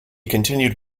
continued